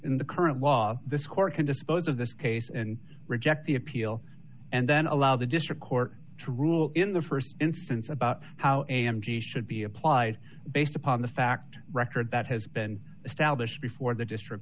the current law this court can dispose of this case and reject the appeal and then allow the district court to rule in the st instance about how m g should be applied based upon the fact record that has been established before the district